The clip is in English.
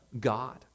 God